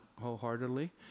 wholeheartedly